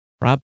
Rob